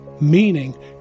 meaning